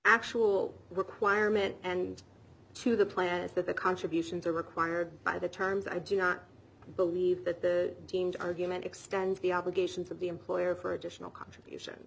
actual requirement and to the plan is that the contributions are required by the terms i do not believe that the team's argument extends the obligations of the employer for additional contribution